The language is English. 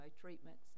treatments